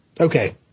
Okay